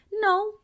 no